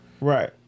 Right